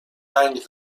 ونگ